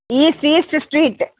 east east street